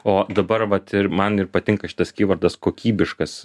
o dabar vat ir man ir patinka šitas kyvordas kokybiškas